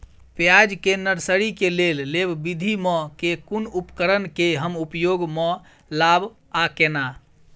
प्याज केँ नर्सरी केँ लेल लेव विधि म केँ कुन उपकरण केँ हम उपयोग म लाब आ केना?